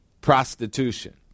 Prostitution